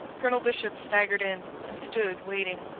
colonel bishop staggered in, and stood waiting.